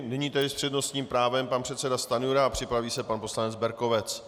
Nyní tedy s přednostním právem pan předseda Stanjura a připraví se pan poslanec Berkovec.